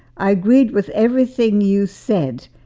i agreed with everything you said.